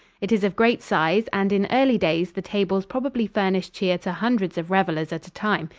it is of great size, and in early days the tables probably furnished cheer to hundreds of revelers at a time.